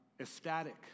ecstatic